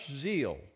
zeal